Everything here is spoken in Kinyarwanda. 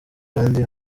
kandi